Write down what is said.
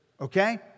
Okay